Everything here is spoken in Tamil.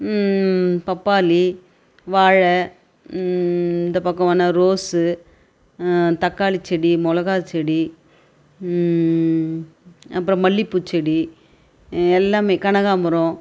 பப்பாளி வாழை இந்த பக்கம் வேணா ரோஸு தக்காளிச்செடி மிளகாச்செடி அப்புறம் மல்லிப்பூ செடி எல்லாமே கனகாம்பரம்